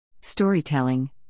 Storytelling